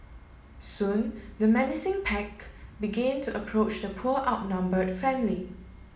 soon the menacing pack began to approach the poor outnumbered family